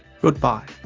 Goodbye